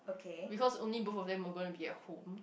because only both of them were going to be at home